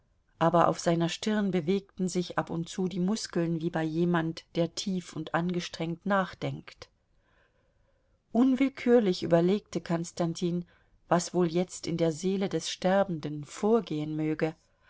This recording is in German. aber auf seiner stirn bewegten sich ab und zu die muskeln wie bei jemand der tief und angestrengt nachdenkt unwillkürlich überlegte konstantin was wohl jetzt in der seele des sterbenden vorgehen möge